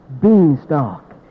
beanstalk